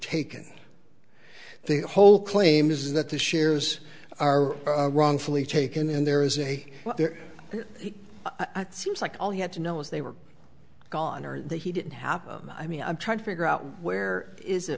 taken the whole claim is that the shares are wrongfully taken in there is a their seems like all you had to know if they were gone or the he didn't have i mean i'm trying to figure out where is it